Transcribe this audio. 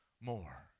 more